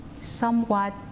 somewhat